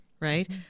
right